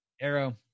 arrow